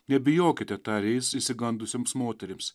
nebijokite tarė jis išsigandusioms moterims